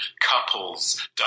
couples